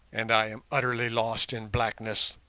and i am utterly lost in blackness,